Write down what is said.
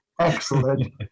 Excellent